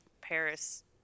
paris